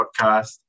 podcast